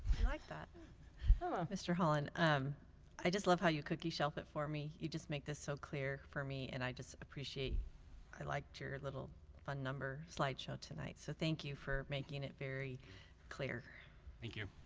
i like that oh mr. holland um i just love how you cookie shelf for me you just make this so clear for me, and i just appreciate i liked your little fun number slide show tonight so thank you for making it very clear thank you